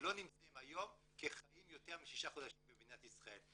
לא נמצאים היום כחיים יותר משישה חודשים במדינת ישראל,